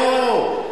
נו.